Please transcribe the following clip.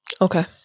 okay